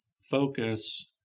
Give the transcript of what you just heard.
focus